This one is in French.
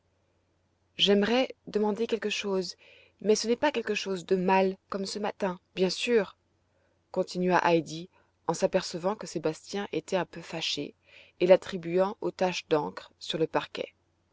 j'aimerais demander quelque chose mais ce n'est pas quelque chose de mal comme ce matin bien sûr continua heidi en s'apercevant que sébastien était un peu fâché et l'attribuant aux taches d'encre sur le parquet